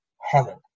Helen